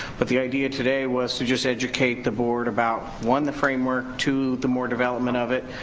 but the idea today was to just educate the board about one, the framework, two, the more development of it.